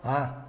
啊